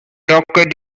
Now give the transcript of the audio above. rocket